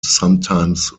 sometimes